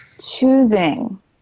choosing